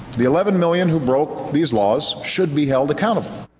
the eleven million who broke these laws should be held accountable.